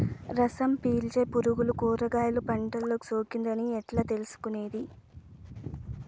రసం పీల్చే పులుగులు కూరగాయలు పంటలో సోకింది అని ఎట్లా తెలుసుకునేది?